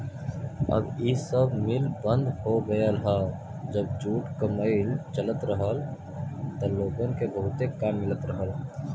अब इ सब मिल बंद हो गयल हौ जब जूट क मिल चलत रहल त लोग के बहुते काम मिलत रहल